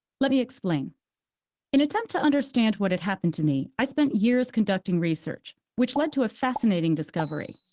let me explain in attempt to understand what had happened to me, i spent years conducting research, which led to a fascinating discovery.